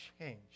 change